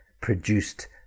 produced